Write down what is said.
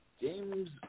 James